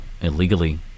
illegally